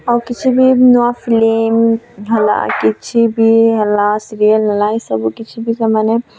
ଆଉ କିଛି ବି ନୂଆ ଫିଲ୍ମ ହେଲା କିଛି ବି ହେଲା ସିରିଏଲ୍ ହେଲା ଏ ସବୁ କିଛି ବି ସେମାନେ